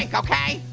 and okay.